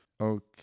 Okay